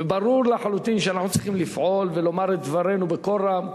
וברור לחלוטין שאנחנו צריכים לפעול ולומר את דברנו בקול רם,